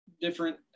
different